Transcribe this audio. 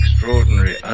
extraordinary